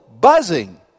buzzing